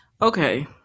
Okay